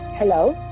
hello?